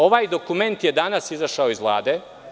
Ovaj dokument je danas izašao iz Vlade.